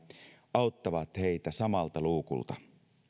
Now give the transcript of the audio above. auttavat heitä samalta luukulta